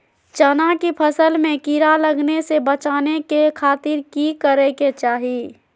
चना की फसल में कीड़ा लगने से बचाने के खातिर की करे के चाही?